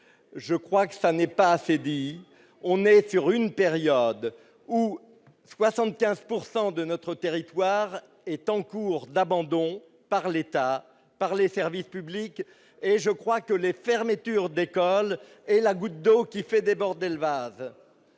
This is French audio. je crois que ça n'est pas affaibli, on est sur une période où 75 pourcent de notre territoire est en cours d'abandon par l'État par les services publics et je crois que les fermetures d'écoles et la goutte d'eau qui fait déborder le vase,